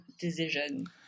decision